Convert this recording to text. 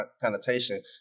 connotation